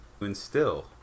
instill